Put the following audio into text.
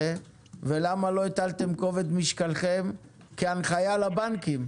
ולמה לא הטלתם כובד משקלכם כהנחיה לבנקים,